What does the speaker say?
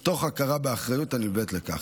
מתוך הכרה באחריות הנלווית לכך.